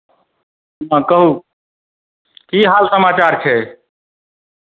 हँ कहू की हाल समाचार छै